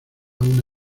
una